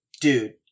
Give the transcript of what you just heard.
dude